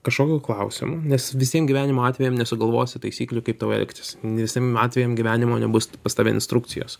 kažkokiu klausimu nes visiem gyvenimo atvejam nesugalvosi taisyklių kaip tau elgtis visiem atvejam gyvenimo nebus pas tave instrukcijos